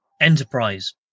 enterprise